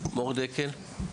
דקל, בבקשה.